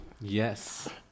Yes